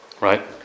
Right